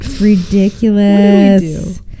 Ridiculous